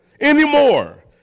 Anymore